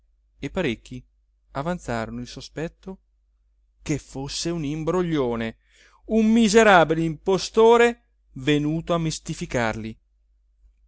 e parecchi avanzarono il sospetto che fosse un imbroglione un miserabile impostore venuto a mistificarli